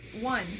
one